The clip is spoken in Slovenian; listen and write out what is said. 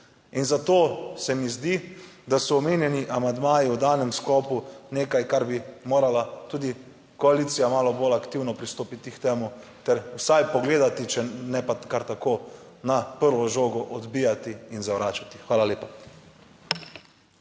In zato se mi zdi, da so omenjeni amandmaji v danem sklopu nekaj, kar bi morala tudi koalicija malo bolj aktivno pristopiti k temu ter vsaj pogledati, če ne pa kar tako na prvo žogo odbijati in zavračati. Hvala lepa.